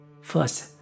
First